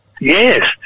Yes